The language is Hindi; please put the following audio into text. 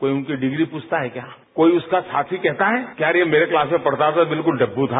कोई उनकी डिग्री पूछता है क्या कोई उसका साथी कहता है कि यार यह मेरे क्लास में पढ़ता था बिलकुल डप्पू था